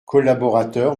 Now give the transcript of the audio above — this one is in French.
collaborateur